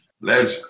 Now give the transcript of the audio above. legend